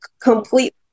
complete